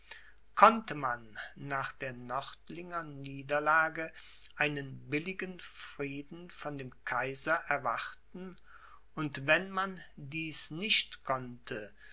konnte man nach der nördlinger niederlage einen billigen frieden von dem kaiser erwarten und wenn man dies nicht konnte